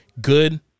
good